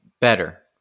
better